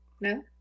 No